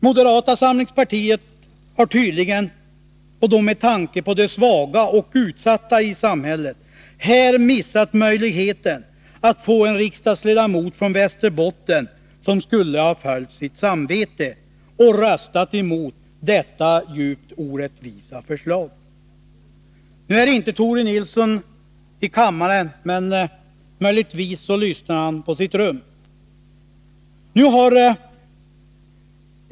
Moderata samlingspartiet har tydligen, med tanke på de svaga och utsatta i samhället, här missat möjligheten att få en riksdagsledamot från Västerbotten som skulle ha följt sitt samvete och röstat mot detta djupt orättvisa förslag. Men Tore Nilsson är inte i kammaren nu. Möjligen lyssnar han till debatten på sitt rum.